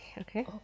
Okay